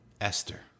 Esther